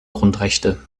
grundrechte